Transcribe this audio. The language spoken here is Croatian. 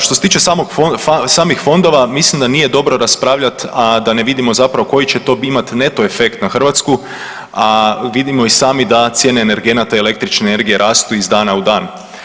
Što se tiče samih fondova mislim da nije dobro raspravljati a da n e vidimo zapravo koji će to imati neto efekt na Hrvatsku, a vidimo i sami da cijene energenata električne energije rastu iz dana u dan.